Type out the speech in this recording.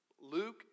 Luke